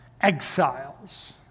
exiles